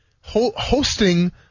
hosting